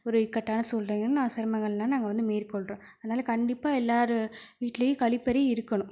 ஒரு இக்கட்டான சூழ்நிலைகள் நான் சிரமங்கள்லாம் நாங்கள் வந்து மேற்கொள்றோம் அதனால கண்டிப்பாக எல்லார் வீட்லையும் கழிப்பறை இருக்கணும்